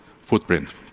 footprint